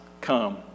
come